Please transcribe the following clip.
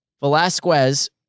Velasquez